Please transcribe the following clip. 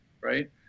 right